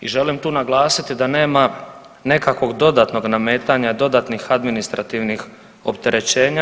I želim tu naglasiti da nema nekakvog dodatnog nametanja, dodatnih administrativnih opterećenja.